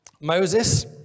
Moses